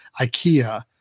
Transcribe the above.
Ikea